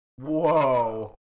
whoa